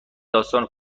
داستان